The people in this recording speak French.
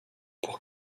pour